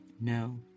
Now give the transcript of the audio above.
No